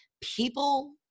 people